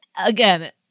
Again